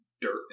dirt